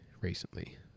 recently